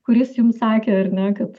kuris jums sakė ar ne kad